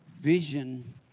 vision